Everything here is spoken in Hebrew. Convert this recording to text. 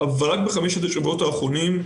בחמשת השבועות האחרונים,